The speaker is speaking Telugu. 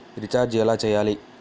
రిచార్జ ఎలా చెయ్యాలి?